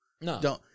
No